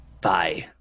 Bye